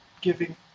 giving